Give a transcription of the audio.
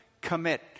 commit